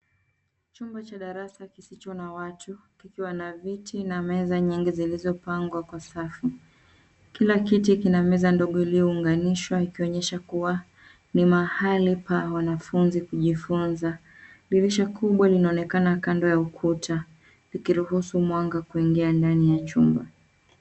Chumba cha darasa kisicho na watu kikiwa na viti na meza nyingi zilizopangwa kwa safu. Kila kiti kina meza ndogo iliyounganishwa ikionyesha kuwa ni mahali pa wanafunzi kujifunza. Dirisha kubwa linaonekana kando ya ukuta, likiruhusu mwanga kuingia ndani ya chumba.